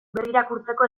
berrirakurtzeko